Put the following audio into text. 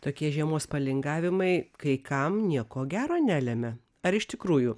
tokie žiemos palingavimai kai kam nieko gero nelemia ar iš tikrųjų